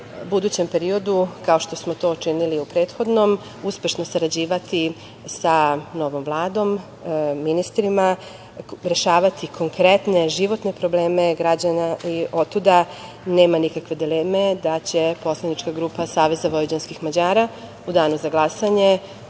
budućem periodu, kao što smo to činili i u prethodnom, uspešno sarađivati sa novom Vladom, ministrima, rešavati konkretne životne probleme građana i otuda nema nikakve dileme da će poslanička grupa Saveza vojvođanskih Mađara u danu za glasanje